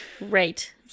Right